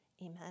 Amen